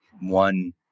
one